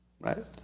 right